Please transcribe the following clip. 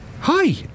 Hi